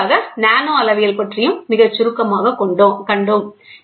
இறுதியாக நானோ அளவியல் பற்றியும் மிகச் சுருக்கமாகக் கண்டோம்